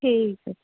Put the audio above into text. ਠੀਕ ਹੈ